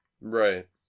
Right